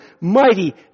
mighty